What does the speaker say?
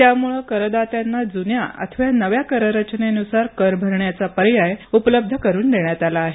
त्यामुळे करदात्यांना जुन्या अथवा नव्या कररचनेनुसार कर भरण्याचा पर्याय उपलब्ध करुन देण्यात आला आहे